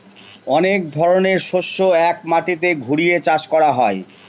অনেক ধরনের শস্য এক মাটিতে ঘুরিয়ে চাষ করা হয়